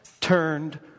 turned